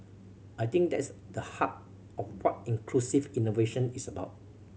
I think that's the heart of what inclusive innovation is about